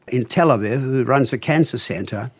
in tel aviv, who runs a cancer centre,